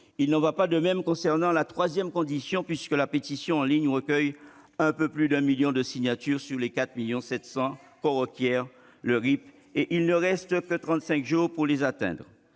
il n'en va pas de même concernant la troisième condition, puisque la pétition en ligne recueille un peu plus d'un million de signatures sur les 4,7 millions que requiert le RIP, ... Vous avez essayé de